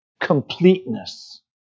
Completeness